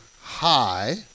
high